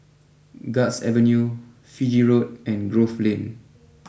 Guards Avenue Fiji Road and Grove Lane